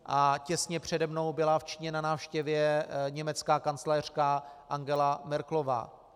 A těsně přede mnou byla v Číně na návštěvě německá kancléřka Angela Merkelová.